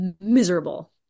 miserable